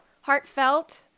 heartfelt